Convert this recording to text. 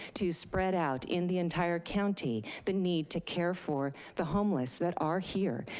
to spread out in the entire county the need to care for the homeless that are here,